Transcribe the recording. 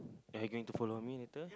are you going to follow me later